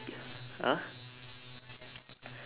!huh!